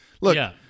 Look